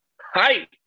hi